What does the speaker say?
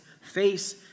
face